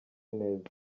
neza